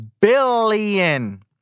billion